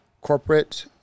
corporate